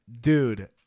dude